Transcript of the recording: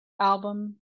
album